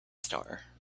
star